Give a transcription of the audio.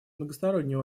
многосторонний